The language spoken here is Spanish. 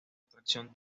atracción